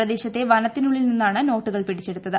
പ്രദേശത്തെ വനത്തിനുള്ളിൽ നിന്നാണ് നോട്ടുകൾ പിടിച്ചെടുത്തത്